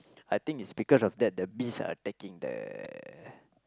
I think it's because of that the bees are attacking the